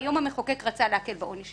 והיום המחוקק רצה להקל בעונשו.